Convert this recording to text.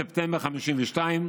ספטמבר 1952,